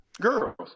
Girls